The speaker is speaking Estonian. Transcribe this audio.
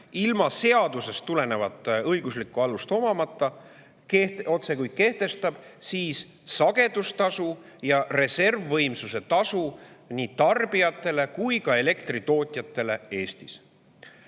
ilma seadusest tulenevat õiguslikku alust omamata otsekui kehtestab sagedustasu ja reservvõimsuse tasu nii tarbijatele kui ka elektritootjatele Eestis.